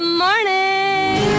morning